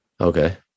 Okay